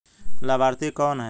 लाभार्थी कौन है?